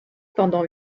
pendant